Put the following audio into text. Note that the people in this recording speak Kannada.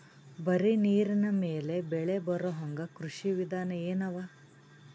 ಬರೀ ನೀರಿನ ಮೇಲೆ ಬೆಳಿ ಬರೊಹಂಗ ಕೃಷಿ ವಿಧಾನ ಎನವ?